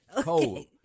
Cold